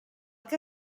que